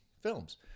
films